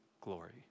glory